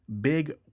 Big